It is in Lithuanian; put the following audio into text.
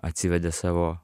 atsivedė savo